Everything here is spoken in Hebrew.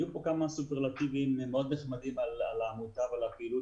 היו כאן כמה סופרלטיבים מאוד נחמדים על העמותה ועל הפעילות